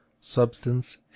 substance